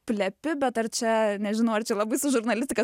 plepi bet ar čia nežinau ar čia labai su žurnalistika